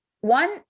one